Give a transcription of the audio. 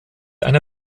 eine